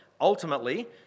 ultimately